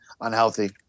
unhealthy